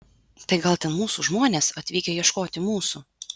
tai gal ten mūsų žmonės atvykę ieškoti mūsų